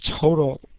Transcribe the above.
total